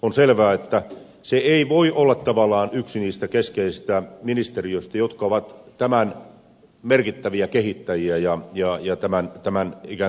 on selvää että se ei voi olla tavallaan yksi niistä keskeisistä ministeriöistä jotka ovat tämän merkittäviä kehittäjiä ja ikään kuin kohteita